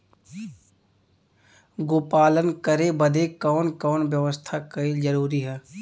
गोपालन करे बदे कवन कवन व्यवस्था कइल जरूरी ह?